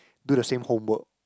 do the same homework